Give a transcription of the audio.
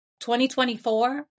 2024